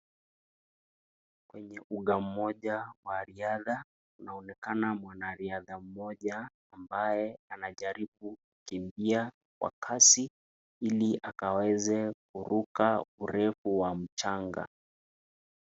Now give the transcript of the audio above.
Kwenye uga moja wa riadha, kunaonekana mwanariadha mmoja ambaye anajaribu kukimbia kwa kasi ili akaweze kuruka urefu wa mchanga.